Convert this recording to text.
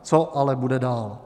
Co ale bude dál?